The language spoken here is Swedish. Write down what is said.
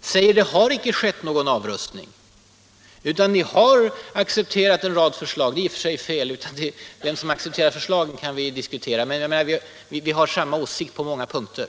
säger ni här i riksdagen att det förs en bra politik, att det icke har skett någon avrustning utan att vi har accepterat era förslag — det är i och för sig fel för det kan diskuteras vem som har accepterat förslagen, men vi har samma åsikt på många punkter.